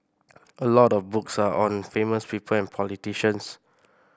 a lot of books are on famous people and politicians